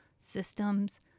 systems